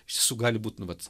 iš tiesų gali būt nu vat